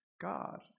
God